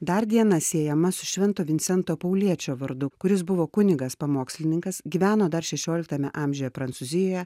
dar diena siejama su švento vincento pauliečio vardu kuris buvo kunigas pamokslininkas gyveno dar šešioliktame amžiuje prancūzijoje